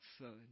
Son